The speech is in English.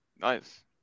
Nice